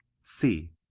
c.